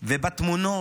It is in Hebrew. בתמונות